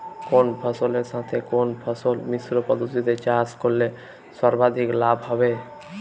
কোন ফসলের সাথে কোন ফসল মিশ্র পদ্ধতিতে চাষ করলে সর্বাধিক লাভ হবে?